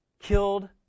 killed